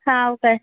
हो काय